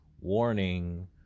warning